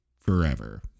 forever